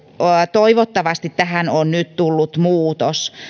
toivottavasti tähän on nyt tullut muutos